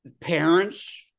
parents